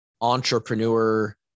entrepreneur